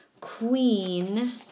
queen